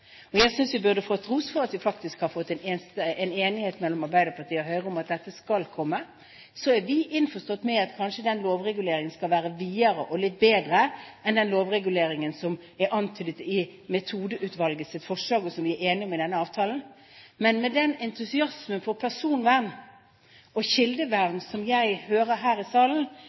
lagres. Jeg synes vi burde fått ros for at det er blitt enighet mellom Arbeiderpartiet og Høyre om at dette skal komme. Så er vi innforstått med at denne lovreguleringen kanskje skal være videre og litt bedre enn den lovreguleringen som er antydet i Metodeutvalgets forslag, og som vi er enige om i avtalen. Ut fra den entusiasme for personvern og kildevern som jeg hører her i salen,